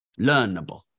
learnable